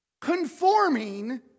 conforming